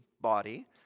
body